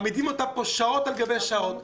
מעמידים אותם פה שעות על גבי שעות,